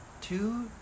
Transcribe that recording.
two